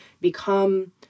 become